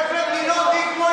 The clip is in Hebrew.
תגיד להם שהוא הציל את המדינה.